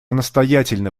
настоятельно